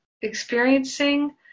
experiencing